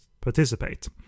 participate